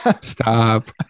Stop